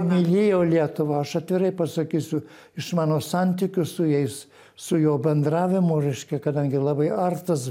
mylėjo lietuvą aš atvirai pasakysiu iš mano santykių su jais su jo bendravimu reiškia kadangi labai ar tas